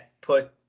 put